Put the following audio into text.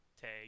tag